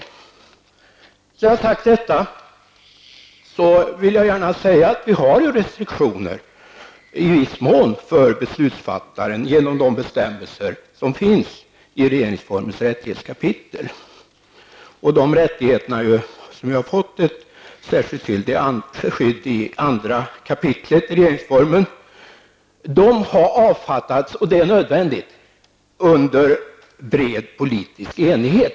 Sedan jag har sagt detta vill jag gärna säga att vi, genom de bestämmelser som finns i regeringsformens rättighetskapitel, i viss mån har restriktioner för beslutsfattarna. De rättigheterna har ju fått ett särskilt skydd i 2 kap. i regeringsformen. Beslut om dessa rättigheter har fattats -- och detta är nödvändigt -- i bred politisk enighet.